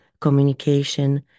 communication